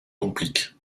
complique